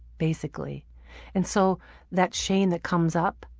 basically and so that shame that comes up,